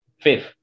Fifth